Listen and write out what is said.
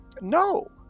no